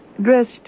dressed